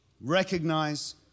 recognize